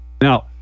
Now